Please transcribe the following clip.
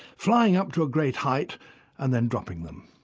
flying up to a great height and then dropping them.